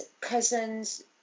cousin's